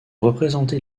représenter